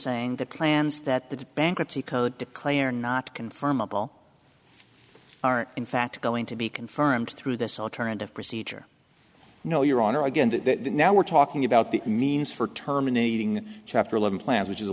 saying that plans that the bankruptcy code declare not confirmable are in fact going to be confirmed through this alternative procedure no your honor i get that now we're talking about the means for terminating chapter eleven plans which is a